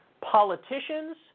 Politicians